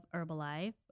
Herbalife